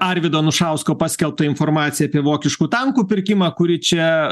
arvydo anušausko paskelbtą informaciją apie vokiškų tankų pirkimą kuri čia